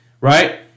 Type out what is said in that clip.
right